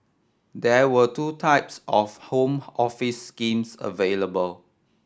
there were two types of Home Office schemes available